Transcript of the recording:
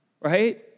right